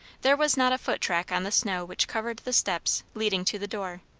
there was not a foot-track on the snow which covered the steps leading to the door.